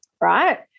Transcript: right